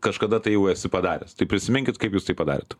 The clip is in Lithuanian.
kažkada tai jau esi padaręs tai prisiminkit kaip jūs tai padarėt